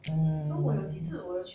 mm